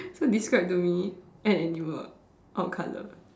so describe to me an animal or color